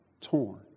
torn